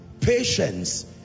Patience